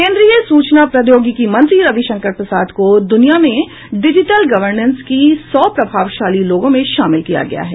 केंद्रीय सूचना प्रौद्योगिकी मंत्री रविशंकर प्रसाद को दुनिया में डिजिटल गवर्नेंस की सौ प्रभावशाली लोगों में शामिल किया गया है